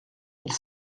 mille